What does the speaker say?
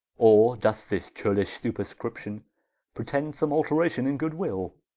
or doth this churlish superscription pretend some alteration in good will?